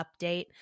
update